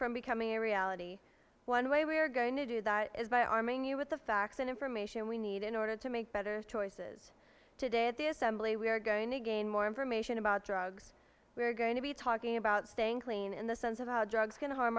from becoming a reality one way we are going to do that is by arming you with the facts and information we need in order to make better choices today at the assembly we are going to gain more information about drugs we're going to be talking about staying clean in the sense of how drugs can harm